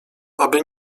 aby